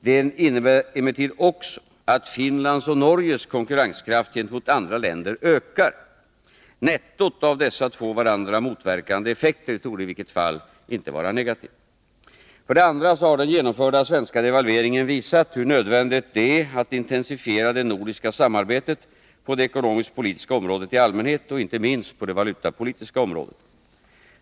Den innebär emellertid också att Finlands och Norges konkurrenskraft gentemot andra länder ökar. Nettot av dessa två varandra motverkande effekter torde i varje fall inte vara negativ. För det andra så har den genomförda svenska devalveringen visat hur nödvändigt det är att intensifiera det nordiska samarbetet på det ekonomiskpolitiska området i allmänhet och inte minst på det valutapolitiska området.